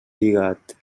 lligat